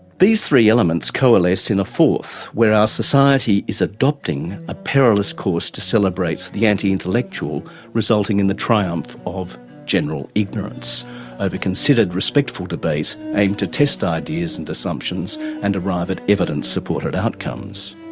these three elements coalesce in a fourth where our society is adopting a perilous course to celebrate the anti-intellectual resulting in the triumph of general ignorance over considered respectful debate aimed to test ideas and assumptions and arrive at evidence supported outcomes.